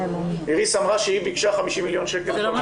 איריס אמרה שהיא ביקשה 50 מיליון שקל.